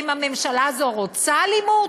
האם הממשלה הזאת רוצה אלימות?